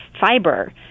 fiber